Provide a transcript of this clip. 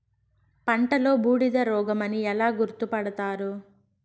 పంటలో బూడిద రోగమని ఎలా గుర్తుపడతారు?